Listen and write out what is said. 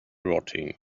rotting